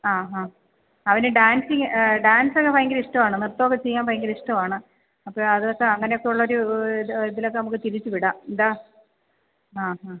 ആ ആ അവന് ഡാന്സിങ് ഡാന്സൊക്കെ ഭയങ്കരമിഷ്ടമാണ് നൃത്തമൊക്കെ ചെയ്യാന് ഭയങ്കരമിഷ്ടമാണ് അപ്പോള് അതൊക്കെ അങ്ങനെയൊക്കെയുള്ളൊരു ഇത് ഇതിലൊക്കെ നമുക്ക് തിരിച്ചുവിടാം എന്താണ് ആ ആ